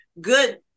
good